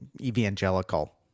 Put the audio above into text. evangelical